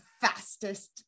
fastest